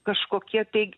kažkokie tai